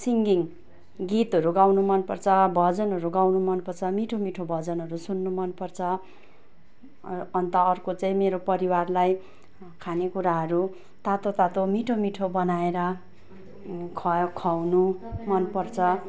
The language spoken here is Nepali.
सिङ्गिङ गीतहरू गाउनु मन पर्छ भजनहरू गाउनु मन पर्छ मिठो मिठो भजनहरू सुन्नु मन पर्छ अन्त अर्को चाहिँ मेरो परिवारलाई खानेकुराहरू तातो तातो मिठो मिठो बनाएर ख खवाउनु मन पर्छ